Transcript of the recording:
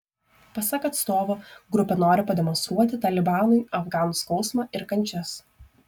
pasak atstovo grupė nori pademonstruoti talibanui afganų skausmą ir kančias